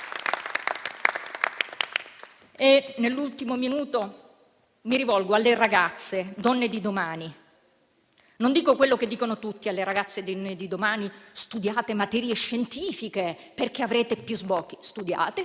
disposizione, mi rivolgo alle ragazze, donne di domani. Non dico quello che dicono tutti alle ragazze di domani: studiate materie scientifiche perché avrete più sbocchi. Studiate